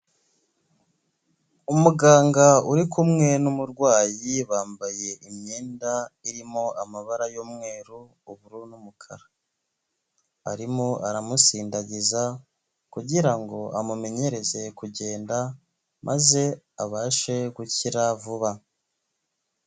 Umuganga uri kumwe n'umurwayi bambaye imyenda irimo amabara y'umweru, ubururu n'umukara, arimo aramusindagiza kugira ngo amumenyereze kugenda maze abashe gukira vuba.